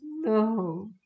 no